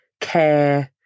care